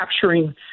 capturing